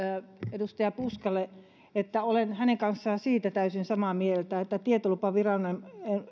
edustaja puskalle että olen hänen kanssaan siitä täysin samaa mieltä että tietolupaviranomaisen